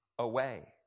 away